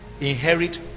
Inherit